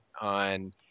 on